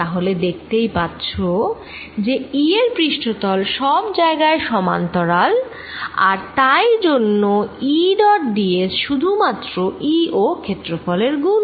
তাহলে দেখতেই পাচ্ছ যে E এবং পৃষ্ঠতল সব জায়গায় সমান্তরাল আর তাই জন্য E ডট d s শুধুমাত্র E ও ক্ষেত্র ফলের গুন ফল